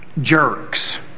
jerks